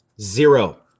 zero